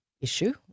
issue